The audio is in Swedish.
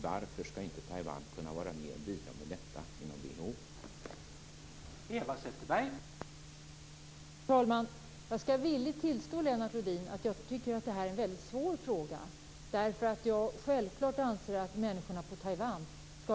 Varför skall inte Taiwan kunna vara med och bidra med detta inom WHO?